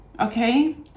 okay